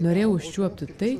norėjau užčiuopti tai